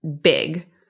big